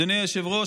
אדוני היושב-ראש,